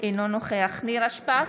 אינו נוכח נירה שפק,